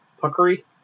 puckery